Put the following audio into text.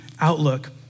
outlook